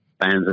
fans